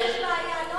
שיש בעיה,